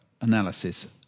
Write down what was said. analysis